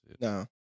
no